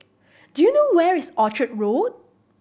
do you know where is Orchard Road